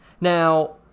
Now